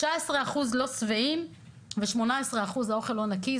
19% לא שבעים ו-18% אומרים שהאוכל לא נקי.